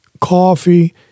coffee